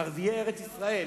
ערביי ארץ-ישראל.